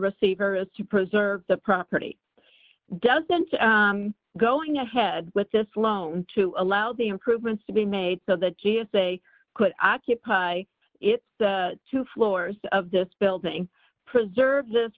receiver is to preserve the property doesn't going ahead with this loan to allow the improvements to be made so that they could occupy it two floors of this building preserve this